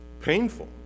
painful